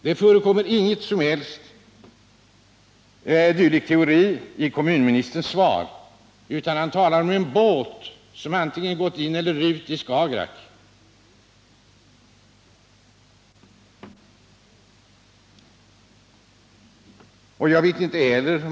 Det förekommer ingen som helst dylik teori i kommunministerns svar, utan han talar om en båt som gått in eller ut i Skagerack.